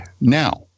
Now